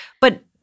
But-